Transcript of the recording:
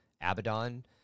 Abaddon